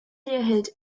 hält